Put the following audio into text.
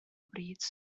bryd